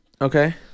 okay